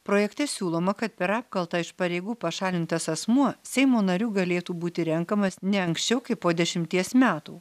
projekte siūloma kad per apkaltą iš pareigų pašalintas asmuo seimo nariu galėtų būti renkamas ne anksčiau kaip po dešimties metų